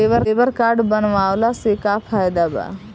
Labour card बनवाला से का फायदा बा?